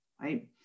right